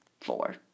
four